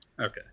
okay